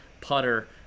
putter